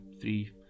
three